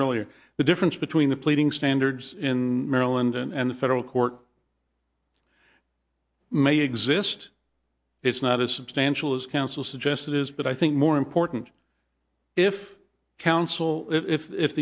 earlier the difference between the pleading standards in maryland and the federal court may exist it's not as substantial as counsel suggest it is but i think more important if counsel if